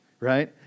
Right